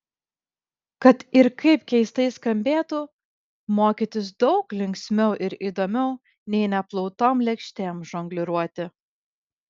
kad ir kaip keistai skambėtų mokytis daug linksmiau ir įdomiau nei neplautom lėkštėm žongliruoti